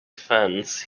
fence